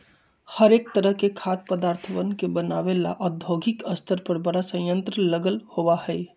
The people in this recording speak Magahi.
हरेक तरह के खाद्य पदार्थवन के बनाबे ला औद्योगिक स्तर पर बड़ा संयंत्र लगल होबा हई